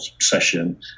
session